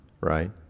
right